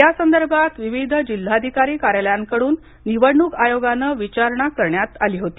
यासंदर्भात विविध जिल्हाधिकारी कार्यालयांकडून निवडणूक आयोगाकडं विचारणा करण्यात आली होती